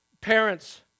Parents